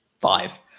five